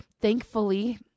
thankfully